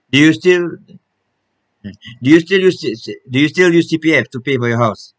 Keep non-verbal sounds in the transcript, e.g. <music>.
do you still <noise> do you still use <noise> do you still use C_P_F to pay for your house